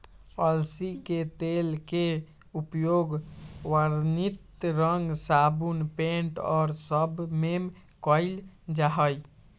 अलसी के तेल के उपयोग वर्णित रंग साबुन पेंट और सब में कइल जाहई